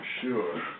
Sure